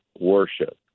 worship